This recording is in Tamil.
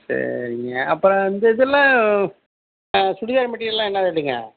சரிங்க அப்புறம் இந்த இதெலாம் சுடிதார் மெட்டிரியெல்லாம் என்ன ரேட்டுங்க